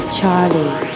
Charlie